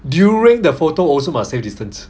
during the photo also must safe distance